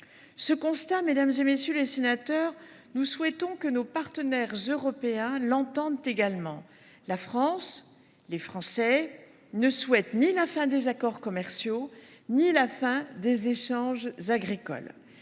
Ce constat, mesdames, messieurs les sénateurs, nous voudrions que nos partenaires européens l’entendent également : la France, les Français ne souhaitent ni la fin des accords commerciaux ni la fin des échanges agricoles.